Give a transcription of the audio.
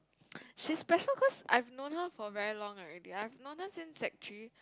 she is special cause I've known her for very long already I've known her since sec three